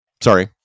sorry